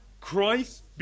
Christ